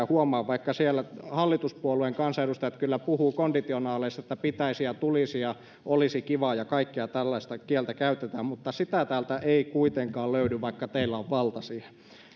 huomaa vaikka siellä hallituspuolueiden kansanedustajat kyllä puhuvat konditionaaleissa että pitäisi ja tulisi ja olisi kiva ja kaikkea tällaista kieltä käytetään mutta sitä täältä ei kuitenkaan löydy vaikka teillä on valta siihen